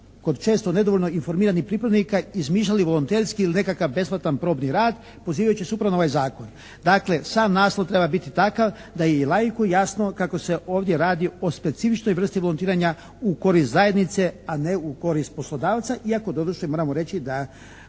kako se ovdje radi o specifičnoj vrsti volontiranja u korist zajednice a ne u korist poslodavca iako doduše moramo reći da